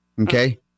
okay